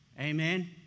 Amen